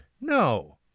no